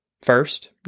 First